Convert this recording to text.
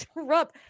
Trump